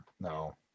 no